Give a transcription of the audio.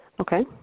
Okay